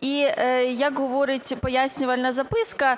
І як говорить пояснювальна записка,